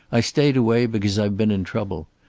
i stayed away because i've been in trouble.